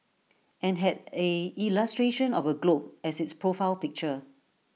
and had A illustration of A globe as its profile picture